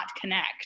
connect